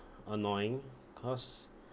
annoying cause